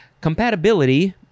Compatibility